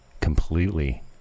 Completely